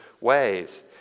ways